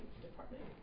department